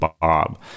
Bob